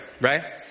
right